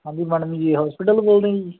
ਹਾਂਜੀ madam ji hospital ਤੋਂ ਬੋਲਦੇ ਆ ਜੀ